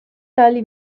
tali